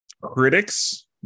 critics